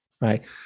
right